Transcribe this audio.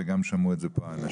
וגם שמעו את זה האנשים.